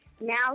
Now